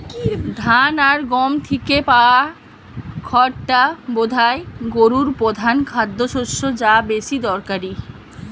ধান আর গম থিকে পায়া খড়টা বোধায় গোরুর পোধান খাদ্যশস্য যা বেশি দরকারি